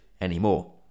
anymore